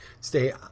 stay